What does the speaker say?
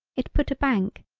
it put a bank,